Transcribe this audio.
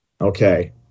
okay